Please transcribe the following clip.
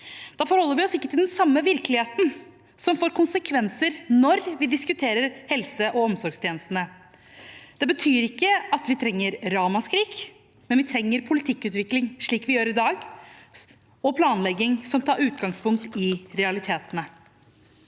Da forholder vi oss ikke til den samme virkeligheten, og det får konsekvenser når vi diskuterer helse- og omsorgstjenestene. Det betyr ikke at vi trenger ramaskrik, men vi trenger politikkutvikling, slik vi gjør i dag, og planlegging som tar utgangspunkt i realitetene.